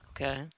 Okay